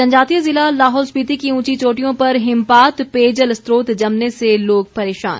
जनजातीय ज़िला लाहौल स्पिति की ऊंची चोटियों पर हिमपात पेयजल स्रोत जमने से लोग परेशान